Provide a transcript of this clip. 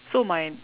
so my